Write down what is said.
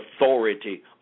authority